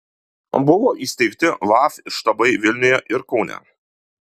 buvo įsteigti laf štabai vilniuje ir kaune